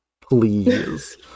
please